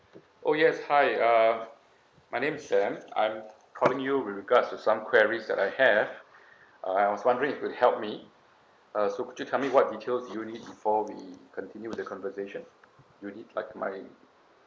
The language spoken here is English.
oh yes hi uh my name is sam I'm calling you with regards to some queries that I have uh I was wondering if you could help me uh so could you tell me what details do you need before we continue the conversation do you need like my